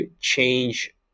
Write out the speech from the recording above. change